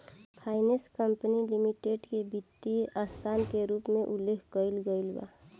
finance company limited के वित्तीय संस्था के रूप में उल्लेख कईल गईल बा